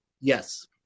Yes